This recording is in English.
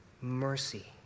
Mercy